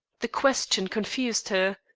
the question confused her.